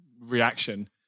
reaction